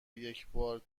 یکبار